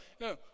no